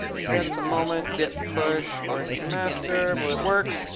dead at the moment. git push origin master, will it work?